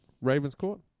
Ravenscourt